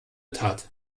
tat